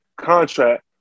contract